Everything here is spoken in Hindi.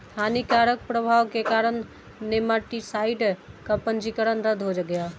हानिकारक प्रभाव के कारण नेमाटीसाइड का पंजीकरण रद्द हो गया